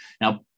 Now